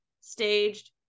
staged